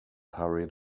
hurried